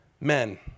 men